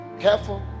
Careful